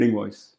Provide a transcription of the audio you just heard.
voice